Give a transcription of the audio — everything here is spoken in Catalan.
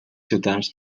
ciutadans